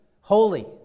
Holy